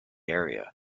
area